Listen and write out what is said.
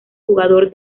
jugador